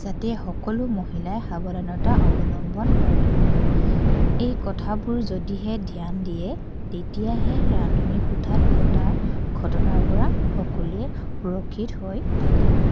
যাতে সকলো মহিলাই সাৱধানতা অৱলম্বন কৰে এই কথাবোৰ যদিহে ধ্যান দিয়ে তেতিয়াহে ৰান্ধনি কোঠাত ঘটা ঘটনাৰ পৰা সকলোৱে সুৰক্ষিত হৈ থাকিব